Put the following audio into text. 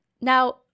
Now